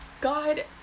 God